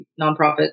nonprofit